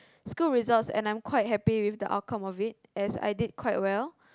school results and I'm quite happy with the outcome of it as I did quite well